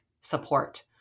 support